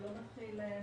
הוא לא מתחיל מהתחלה.